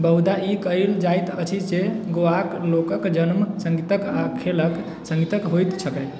बहुधा ई कइल जाइत अछि जे गोआक लोकक जन्म सङ्गीतक आ खेलक सङ्गीतक होइत छकै